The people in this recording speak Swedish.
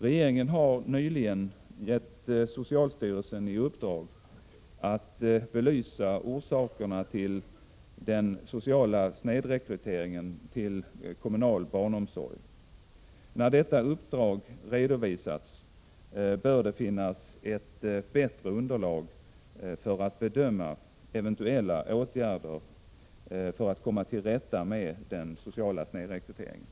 Regeringen har nyligen givit socialstyrelsen i uppdrag att belysa orsakerna till den sociala snedrekryteringen till kommunal barnomsorg. När detta uppdrag redovisats bör det finnas ett bättre underlag för att bedöma eventuella åtgärder för att komma till rätta med den sociala snedrekryteringen.